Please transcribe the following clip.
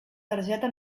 targeta